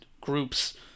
groups